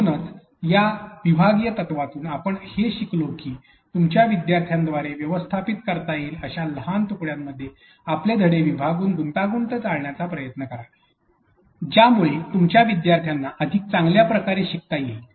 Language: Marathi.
म्हणून या विभागीय तत्त्वातून आपण हे शिकलो की तुमच्या विद्यार्थ्यांद्वारे व्यवस्थापित करता येतील अश्या लहान तुकड्यांमध्ये आपले धडे विभागून गुंतागुंत टाळण्याचा प्रयत्न करा ज्यामुळे तुमच्या विद्यार्थ्यांना अधिक चांगल्या प्रकारे शिकता येईल